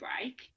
break